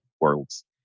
worlds